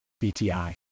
BTI